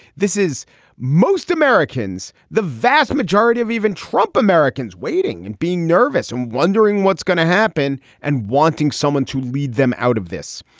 this is most americans, the vast majority of even trump americans waiting and being nervous and wondering what's going to happen and wanting someone to lead them out of this.